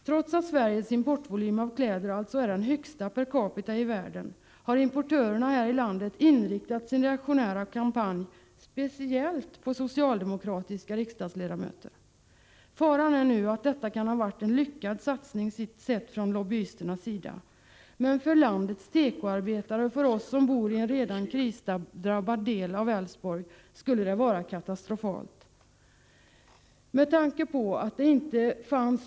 Trots att Sveriges importvolym när det gäller kläder per capita alltså är den största i världen, har importörerna här i landet inriktat sin reaktionära kampanj speciellt på socialdemokratiska riksdagsledamöter. Faran är nu att detta kan ha varit en lyckad satsning sett från lobbyisternas sida. Men för landets tekoarbetare och för oss som bor i en redan krisdrabbad del av Älvsborg skulle det vara katastrofalt.